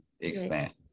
expand